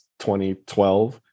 2012